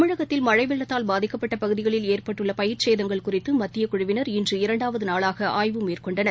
தமிழகத்தில் மழை வெள்ளத்தால் பாதிக்கப்பட்ட பகுதிகளில் ஏற்பட்டுள்ள பயிர்ச்சேதங்கள் குறித்து மத்தியக்குழுவினர் இன்று இரண்டாவது நாளாக ஆய்வு மேற்கொண்டனர்